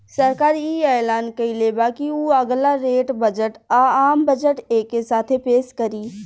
सरकार इ ऐलान कइले बा की उ अगला रेल बजट आ, आम बजट एके साथे पेस करी